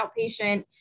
outpatient